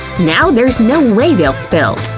now there's no way they'll spill.